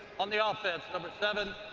on the ah offense, number seven,